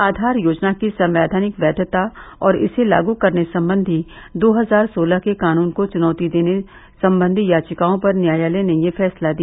आधार योजना की संवैधानिक वैधता और इस लागू करने संबंधी दो हजार सोलह के कानून को चुनौती देने संबंधी याचिकाओं पर न्यायालय ने यह फैसला दिया